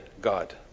God